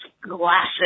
glasses